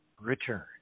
return